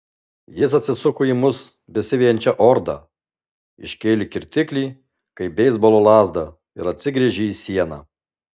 jis atsisuko į mus besivejančią ordą iškėlė kirtiklį kaip beisbolo lazdą ir atsigręžė į sieną